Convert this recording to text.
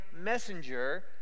messenger—